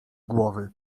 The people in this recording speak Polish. głowy